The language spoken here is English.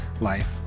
life